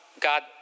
God